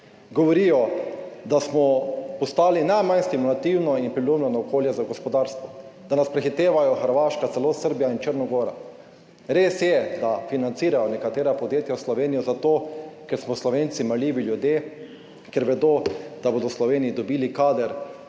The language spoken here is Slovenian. Govorijo, da smo postali najmanj stimulativno in priljubljeno okolje za gospodarstvo, da nas prehitevajo Hrvaška, celo Srbija in Črna gora. Res je, da financirajo nekatera podjetja v Sloveniji zato, ker smo Slovenci marljivi ljudje, ker vedo, da bodo v Sloveniji dobili kader,